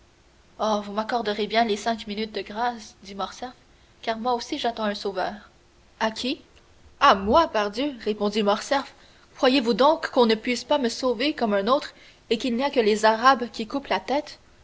oh vous m'accorderez bien les cinq minutes de grâce dit morcerf car moi aussi j'attends un sauveur à qui à moi parbleu répondit morcerf croyez-vous donc qu'on ne puisse pas me sauver comme un autre et qu'il n'y a que les arabes qui coupent la tête